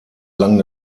lang